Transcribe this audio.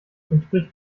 entspricht